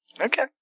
okay